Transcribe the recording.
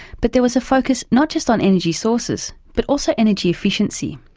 but there was a focus not just on energy sources, but also energy efficiency.